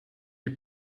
die